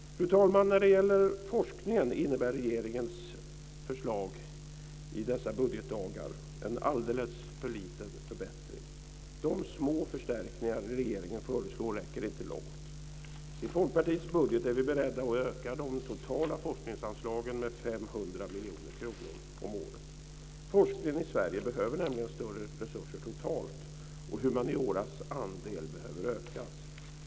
Fru talman! När det gäller forskningen innebär regeringens förslag i dessa budgetdagar en alldeles för liten förbättring. De små förstärkningar som regeringen föreslår räcker inte långt. I Folkpartiets budget är vi beredda att öka de totala forskningsanslagen med 500 miljoner kronor om året. Forskningen i Sverige behöver nämligen större resurser totalt, och humanioras andel behöver ökas.